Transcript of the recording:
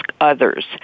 others